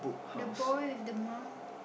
the boy with the mom